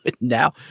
now